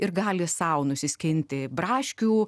ir gali sau nusiskinti braškių